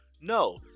No